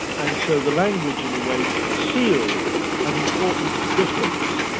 and so the language, in a way, conceals an important difference.